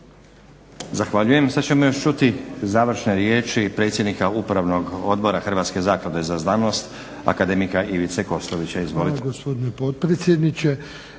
Zahvaljujem. Sad ćemo još čuti završne riječi predsjednika upravno odbora Hrvatske zaklade za znanost akademika Ivice Kostovića.